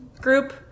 group